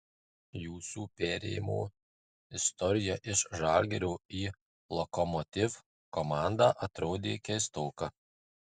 jūsų perėjimo istorija iš žalgirio į lokomotiv komandą atrodė keistoka